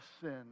sin